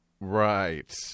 Right